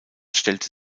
stellte